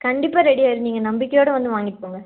கண்டிப்பாக ரெடியாகிடும் நீங்கள் நம்பிக்கையோடு வந்து வாங்கிட்டு போங்க